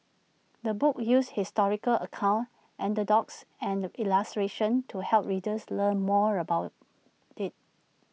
the book uses historical accounts anecdotes and illustrations to help readers learn more about IT